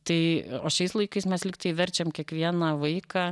tai šiais laikais mes lyg tai verčiam kiekvieną vaiką